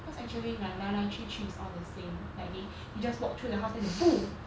cause actually like 来来去去 is all the same like they you just walk through the house then they boo